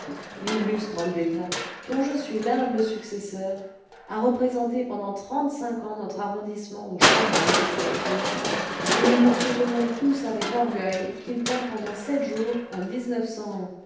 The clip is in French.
l'illustre homme d'état dont je suis l'humble successeur a représenté pendant trente-cinq ans notre arrondissement aux chambres législatives et nous'nous souvenons tous avec orgueil qu'il tint pendant sept jours en